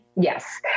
Yes